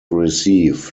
receive